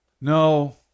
No